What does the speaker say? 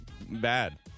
bad